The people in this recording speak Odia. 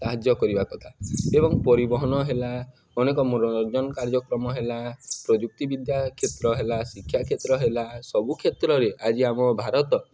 ସାହାଯ୍ୟ କରିବା କଥା ଏବଂ ପରିବହନ ହେଲା ଅନେକ ମନୋରଞ୍ଜନ କାର୍ଯ୍ୟକ୍ରମ ହେଲା ପ୍ରଯୁକ୍ତି ବିଦ୍ୟା କ୍ଷେତ୍ର ହେଲା ଶିକ୍ଷା କ୍ଷେତ୍ର ହେଲା ସବୁ କ୍ଷେତ୍ରରେ ଆଜି ଆମ ଭାରତ